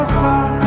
far